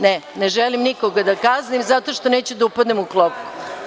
Ne želim nikoga da kaznim zato što neću da upadnem u klopku.